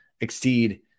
exceed